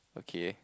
okay